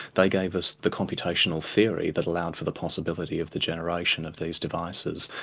they gave us the computational theory that allowed for the possibility of the generation of these devices,